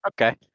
Okay